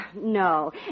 no